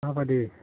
माबायदि